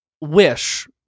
wish